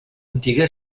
antiga